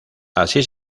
así